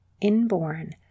inborn